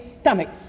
stomachs